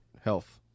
health